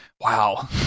Wow